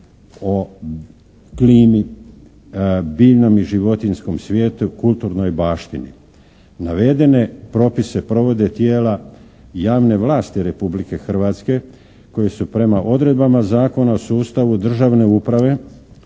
o klimi, biljnom i životinjskom svijetu, kulturnoj baštini. Navedene propise provode tijela javne vlasti Republike Hrvatske koji su prema odredbama Zakona o sustavu državne uprave